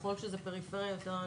ככל שזה פריפריה, יותר ריכוזיות.